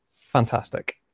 Fantastic